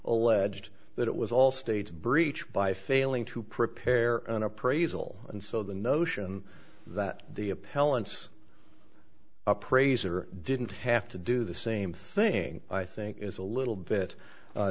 alleged that it was all staged breach by failing to prepare an appraisal and so the notion that the appellant's appraiser didn't have to do the same thing i think is a little bit